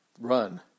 run